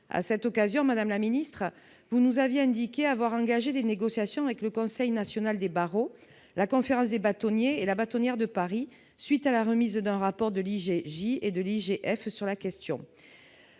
À cette occasion, madame la ministre, vous nous aviez indiqué avoir engagé des négociations avec le Conseil national des barreaux, la Conférence des bâtonniers et la Bâtonnière de Paris, à la suite de la remise d'un rapport sur la question